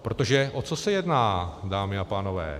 Protože o co se jedná, dámy a pánové?